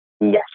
Yes